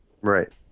Right